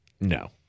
no